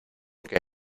que